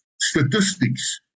statistics